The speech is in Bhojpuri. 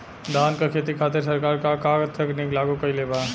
धान क खेती खातिर सरकार का का तकनीक लागू कईले बा?